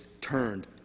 turned